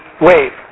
wave